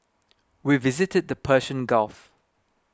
we visited the Persian Gulf